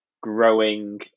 growing